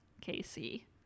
Casey